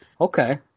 Okay